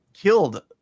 killed